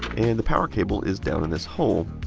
and the power cable is down in this hole.